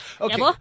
Okay